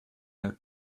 out